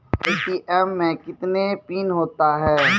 ATM मे कितने pin होता हैं?